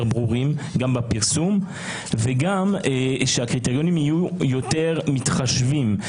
ברורים גם בפרסום וגם שהקריטריונים יהיו יותר מתחשבים.